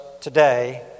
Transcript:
today